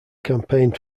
campaigned